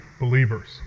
believers